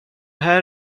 här